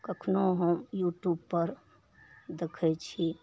कखनहु हम यूट्यूबपर देखै छी